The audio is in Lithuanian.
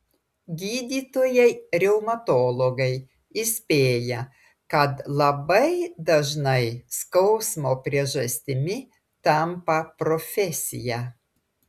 gydytojai reumatologai įspėja kad labai dažnai skausmo priežastimi tampa profesija